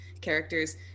characters